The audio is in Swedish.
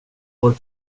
vår